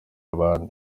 abandi